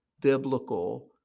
biblical